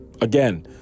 again